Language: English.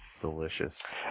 Delicious